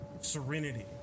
serenity